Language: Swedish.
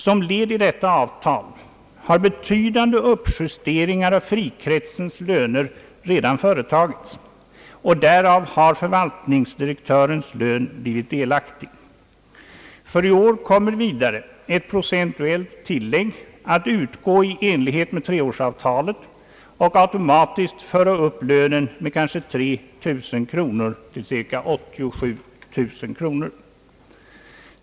Som led i detta avtal har betydande uppjusteringar av frikretsens löner redan företagits, och därav har förvaltningsdirektörens lön blivit delaktig. För i år kommer vidare ett procentuellt tillägg att utgå i enlighet med treårsavtalet och automatiskt föra upp lönen med kanske 3000 kronor till cirka 87000 kronor per år.